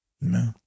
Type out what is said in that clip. No